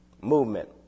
Movement